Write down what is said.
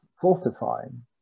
fortifying